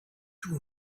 two